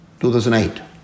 2008